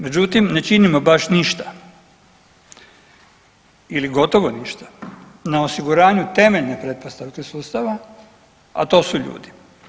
Međutim, ne činimo baš ništa ili gotovo ništa na osiguranju temeljne pretpostavke sustava, a to su ljudi.